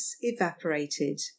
evaporated